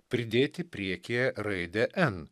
pridėti priekyje raidę n